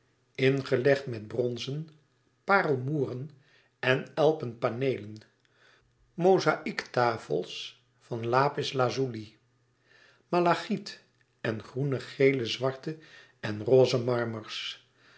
ingelegd met bronzen parelmoêren en elpen paneelen mozaiektafels van lapis lazuli malachiet en groene gele zwarte en roze marmers